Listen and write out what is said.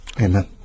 Amen